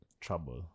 trouble